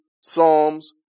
Psalms